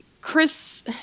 Chris